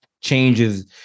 changes